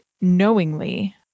knowingly